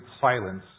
silence